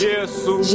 Jesus